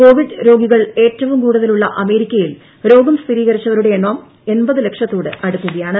Covid രോഗികൾ ഏറ്റവും കൂടുതലുള്ള അമേരിക്കയിൽ രോഗം സ്ഥിരീകരിച്ചവരുടെ എണ്ണം ലക്ഷത്തോട് അടുക്കുകയാണ്